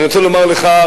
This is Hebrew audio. אני רוצה לומר לך,